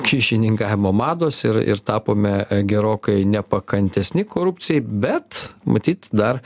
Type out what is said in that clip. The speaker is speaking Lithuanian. kyšininkavimo mados ir ir tapome gerokai nepakantesni korupcijai bet matyt dar